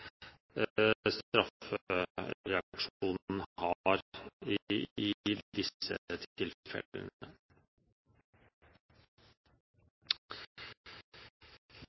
har i disse tilfellene.